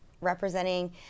representing